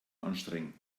anstrengen